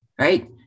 right